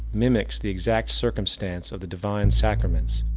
mimics the exact circumstance of the divine sacraments.